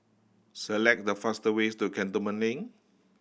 select the fast ways to Cantonment Link